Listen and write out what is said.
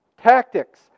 Tactics